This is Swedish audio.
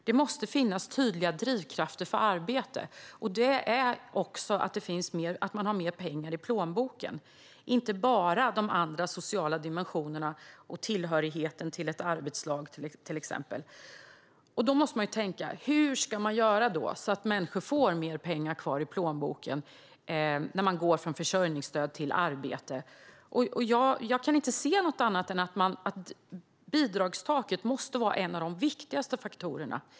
Det måste finnas tydliga drivkrafter för arbete, och en sådan är att man får mer pengar kvar i plånboken och inte bara de sociala dimensionerna och tillhörigheten i ett arbetslag, till exempel. Hur ska man göra då så att människor får mer pengar kvar i plånboken om de går från försörjningsstöd till arbete? Jag kan inte se något annat än att bidragstaket måste vara en av de viktigaste faktorerna.